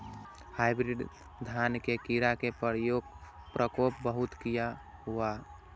Hybrid धान में कीरा के प्रकोप बहुत किया होया?